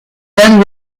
band